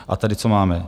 A tady, co máme?